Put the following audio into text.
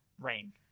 Rain